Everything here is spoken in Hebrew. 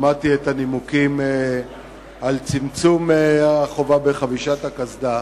שמעתי את הנימוקים על צמצום החובה בחבישת הקסדה,